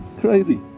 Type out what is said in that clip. Crazy